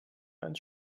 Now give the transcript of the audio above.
ans